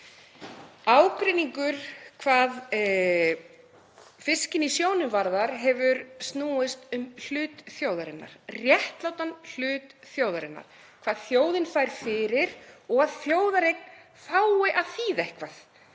Ágreiningur hvað fiskinn í sjónum varðar hefur snúist um hlut þjóðarinnar, réttlátan hlut þjóðarinnar, hvað þjóðin fær fyrir og að þjóðareign fái að þýða eitthvað,